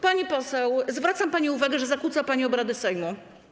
Pani poseł, zwracam pani uwagę, że zakłóca pani obrady Sejmu.